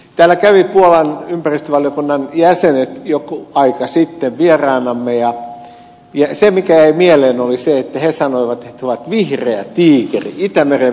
täällä kävivät puolan ympäristövaliokunnan jäsenet joku aika sitten vieraanamme ja se mikä jäi mieleen oli se että he sanoivat että he ovat vihreä tiikeri itämeren vihreä tiikeri